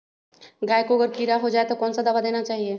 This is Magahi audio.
गाय को अगर कीड़ा हो जाय तो कौन सा दवा देना चाहिए?